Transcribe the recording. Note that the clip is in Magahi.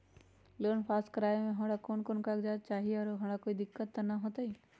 लोन पास करवावे में हमरा कौन कौन कागजात चाही और हमरा कोई दिक्कत त ना होतई?